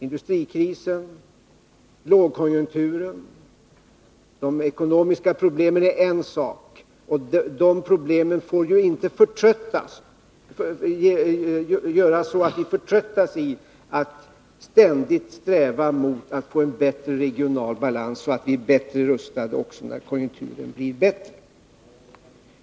Industrikrisen, lågkonjunkturen och de ekonomiska problemen är en sak, och vi får inte förtröttas i våra ansträngningar att ständigt sträva mot en bättre regional balans, så att vi är bättre rustade när konjunkturerna blir bättre.